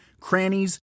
crannies